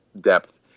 depth